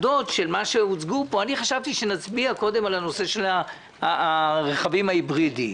העמדות שהוצגו פה חשבתי שנצביע קודם על הנושא של הרכבים ההיברידיים